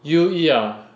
U_E ah